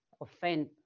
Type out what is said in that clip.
offend